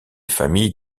familles